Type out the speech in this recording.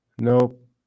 Nope